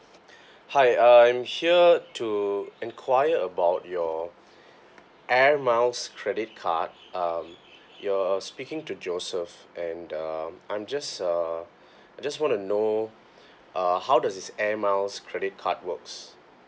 hi I'm here to inquire about your airmiles credit card um you're speaking to joseph and um I'm just err I just want to know uh how does this airmiles credit card works